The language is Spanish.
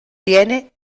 tiene